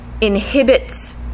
inhibits